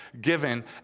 given